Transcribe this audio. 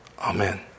Amen